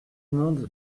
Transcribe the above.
monde